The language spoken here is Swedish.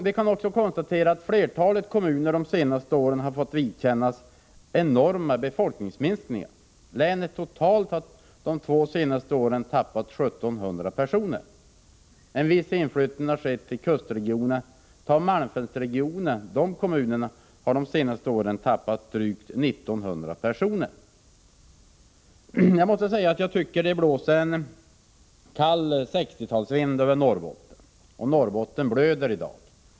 Vi kan också konstatera att flertalet kommuner under de senaste åren har fått vidkännas enorma befolkningsminskningar. Länet har totalt under de två senaste åren förlorat 1 700 personer. En viss inflyttning har skett i kustregionerna, men kommunerna i malmfältsregionen har under de senaste åren mist drygt 1 700 personer. Jag tycker att det blåser en kall sextiotalsvind över Norrbotten. Norrbotten blöder i dag.